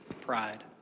pride